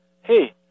hey